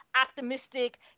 optimistic